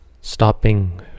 Stopping